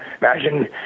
Imagine